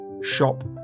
shop